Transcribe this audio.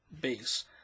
base